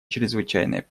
чрезвычайной